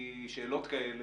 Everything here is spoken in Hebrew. כי שאלות כאלה,